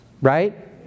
Right